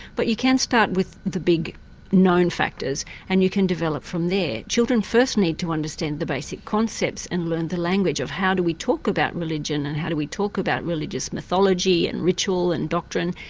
but you can start with the big known factors and you can develop from there. children first need to understand the basic concepts and learn the language of how do we talk about religion and how do we talk about religious mythology and ritual and doctrine,